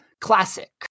classic